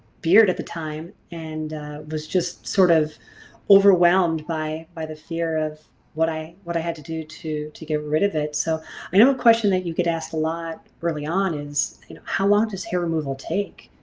beard at the time and was just sort of overwhelmed by by the fear of what i what i had to do to to get rid of it. so i know a question that you get asked a lot early on is you know how long does hair removal take?